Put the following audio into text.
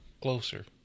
closer